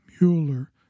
Mueller